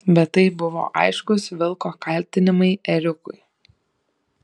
bet tai buvo aiškūs vilko kaltinimai ėriukui